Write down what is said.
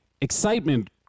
excitement